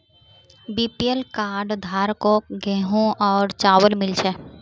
BPL card धारकों गेहूं और चावल मिल छे